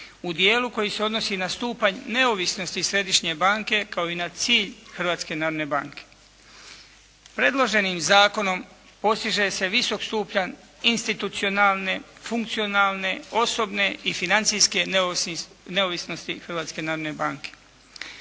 u dijelu koji se odnosi na stupanj neovisnosti središnje banke kao i na cilj Hrvatske narodne banke. Predloženim zakonom postiže se visok stupanj institucionalne, funkcionalne, osobne i financijske neovisnosti